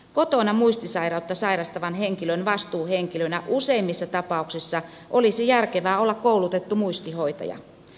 kotona muistisairautta sairastavan henkilön vastuuhenkilönä useimmissa tapauksissa olisi järkevää olla koulutettu muistihoitaja